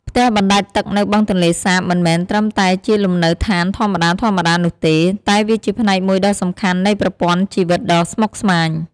ផ្ទះបណ្ដែតទឹកនៅបឹងទន្លេសាបមិនមែនត្រឹមតែជាលំនៅឋានធម្មតាៗនោះទេ តែវាជាផ្នែកមួយដ៏សំខាន់នៃប្រព័ន្ធជីវិតដ៏ស្មុគស្មាញ។